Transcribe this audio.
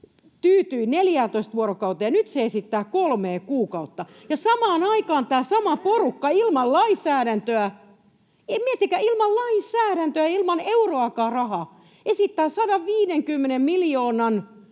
tyytyi 14 vuorokauteen, ja nyt se esittää kolmea kuukautta. Samaan aikaan tämä sama porukka ilman lainsäädäntöä — miettikää, ilman lainsäädäntöä — ja ilman euroakaan rahaa esittää 150 miljoonan